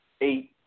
eight